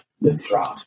withdraw